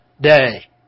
Day